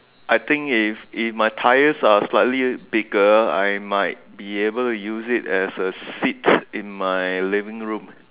I think if if my tyres are slightly bigger I might be able to use it as a seat in my living room